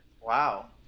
Wow